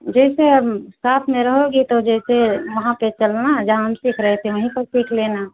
जैसे अब साथ में रहोगी तो जैसे वहाँ पर चलना जहाँ हम सीख रहे थे वही पर सीख लेना